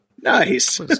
Nice